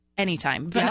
Anytime